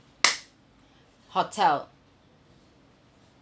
hotel